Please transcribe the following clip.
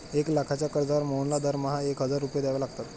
एक लाखाच्या कर्जावर मोहनला दरमहा एक हजार रुपये द्यावे लागतात